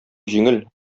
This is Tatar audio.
җиңел